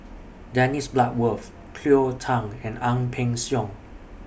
Dennis Bloodworth Cleo Thang and Ang Peng Siong